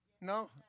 No